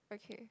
okay